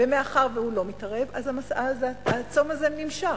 מאחר שהוא לא מתערב, אז הצום הזה נמשך,